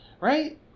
right